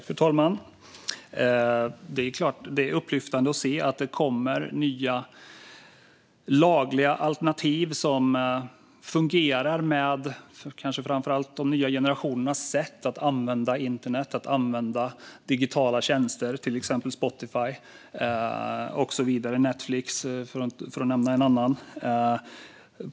Fru talman! Det är upplyftande att se att det kommer nya lagliga alternativ som fungerar med framför allt de nya generationernas sätt att använda internet och digitala tjänster, till exempel Spotify, Netflix och så vidare.